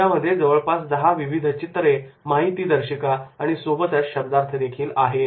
यामध्ये जवळपास दहा विविध चित्रे माहिती दर्शिका आणि सोबतच शब्दार्थ देखील आहेत